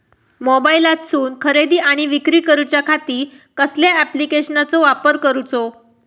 मोबाईलातसून खरेदी आणि विक्री करूच्या खाती कसल्या ॲप्लिकेशनाचो वापर करूचो?